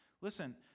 Listen